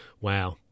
wow